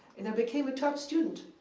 and i became a top student